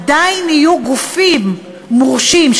עדיין יהיו גופים מורשים,